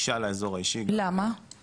כי הוא גם צריך לדעת את הנתונים שהוא הפקיד,